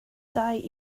dau